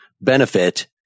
benefit